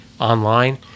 online